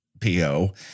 PO